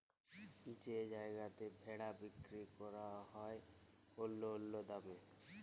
যেই জায়গাতে ভেড়া বিক্কিরি ক্যরা হ্যয় অল্য অল্য দামে